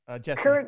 Jesse